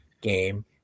game